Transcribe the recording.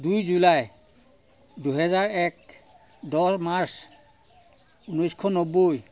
দুই জুলাই দুহেজাৰ এক দহ মাৰ্চ ঊনৈছশ নব্বৈ